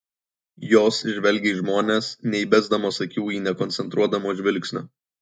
jos žvelgia į žmones neįbesdamos akių ir nekoncentruodamos žvilgsnio